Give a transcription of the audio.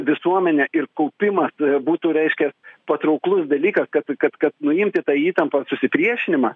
visuomenė ir kaupimas būtų reiškias patrauklus dalykas kad kad kad nuimti tą įtampą susipriešinimą